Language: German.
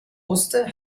musste